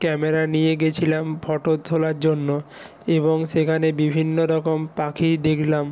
camera নিয়ে গেছিলাম photo তোলার জন্য এবং সেখানে বিভিন্ন রকম পাখি দেখলাম